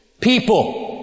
people